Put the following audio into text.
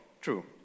true